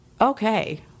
okay